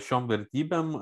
šiom vertybėm